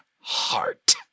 heart